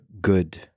good